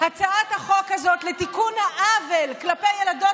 הצעת החוק הזאת לתיקון העוול כלפי ילדות